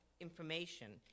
information